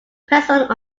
present